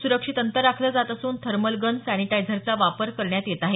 सुरक्षित अंतर राखलं जात असून थर्मल गन सॅनिटायझरचा वापर करण्यात येत आहे